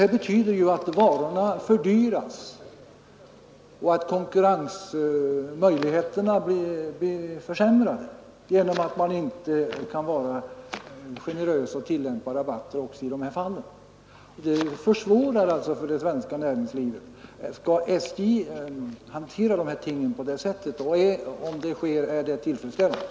Det betyder att varorna fördyras och konkurrensmöjligheterna blir försämrade genom att man inte kan vara generös och tillämpa rabatter också i de fallen då varorna går till utlandet. Det försvårar för det svenska näringslivet. Skall SJ behandla kunderna på det sättet? Om så sker, är det tillfredsställande?